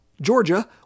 Georgia